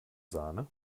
sahne